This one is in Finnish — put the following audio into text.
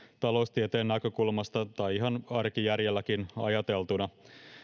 taloustieteen näkökulmasta tai ihan arkijärjelläkin ajateltuna